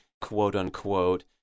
quote-unquote